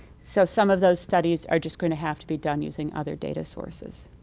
so some of those studies are just going to have to be done using other data sources.